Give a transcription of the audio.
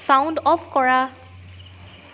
sound off কৰা